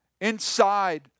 Inside